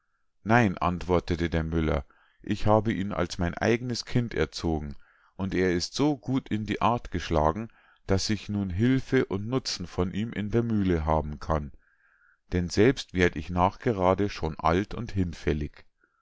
nein antwortete der müller ich habe ihn als mein eignes kind erzogen und er ist so gut in die art geschlagen daß ich nun hülfe und nutzen von ihm in der mühle haben kann denn selbst werd ich nach gerade schon alt und hinfällig